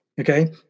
Okay